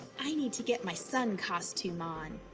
i need to get my sun costume on.